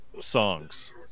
songs